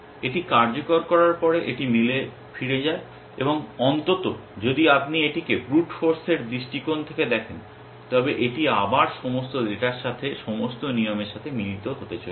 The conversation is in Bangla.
এটি কার্যকর করার পরে এটি মিলে ফিরে যায় এবং অন্তত যদি আপনি এটিকে ব্রুট ফোর্স এর দৃষ্টিকোণ থেকে দেখেন তবে এটি আবার সমস্ত ডেটার সাথে সমস্ত নিয়মের সাথে মিলিত হতে চলেছে